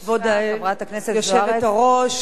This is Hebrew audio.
כבוד היושבת-ראש, כבוד השרים,